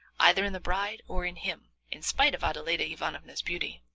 either in the bride or in him, in spite of adeladda ivanovna's beauty.